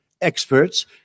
experts